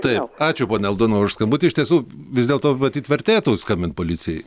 taip ačiū ponia aldona už skambutį iš tiesų vis dėl to matyt vertėtų skambint policijai